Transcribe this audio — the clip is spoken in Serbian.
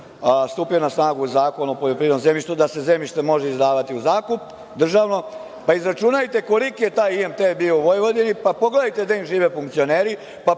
stupio na snagu Zakon o poljoprivrednom zemljištu, da se državno zemljište može izdavati u zakup, pa izračunajte koliki je taj IMT bio u Vojvodini, pa pogledajte gde žive funkcioneri,